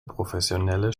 professionelle